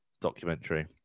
documentary